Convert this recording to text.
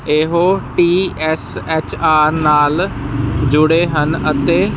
ਇਹੋ T S H R ਨਾਲ ਜੁੜੇ ਹਨ ਅਤੇ